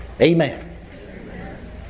Amen